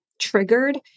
triggered